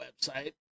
website